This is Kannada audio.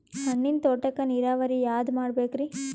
ಹಣ್ಣಿನ್ ತೋಟಕ್ಕ ನೀರಾವರಿ ಯಾದ ಮಾಡಬೇಕ್ರಿ?